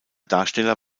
darsteller